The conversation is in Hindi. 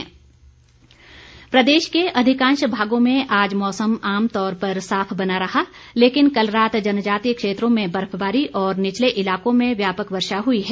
मौसम प्रदेश के अधिकांश भागों में आज मौसम आमतौर पर साफ बना रहा लेकिन कल रात जनजातीय क्षेत्रों में बर्फबारी और निचले इलाकों में व्यापक वर्षा हुई है